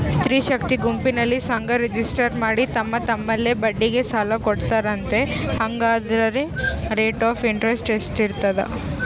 ಸ್ತ್ರೇ ಶಕ್ತಿ ಗುಂಪಿನಲ್ಲಿ ಸಂಘ ರಿಜಿಸ್ಟರ್ ಮಾಡಿ ತಮ್ಮ ತಮ್ಮಲ್ಲೇ ಬಡ್ಡಿಗೆ ಸಾಲ ಕೊಡ್ತಾರಂತೆ, ಹಂಗಾದರೆ ರೇಟ್ ಆಫ್ ಇಂಟರೆಸ್ಟ್ ಎಷ್ಟಿರ್ತದ?